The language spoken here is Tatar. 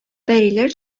пәриләр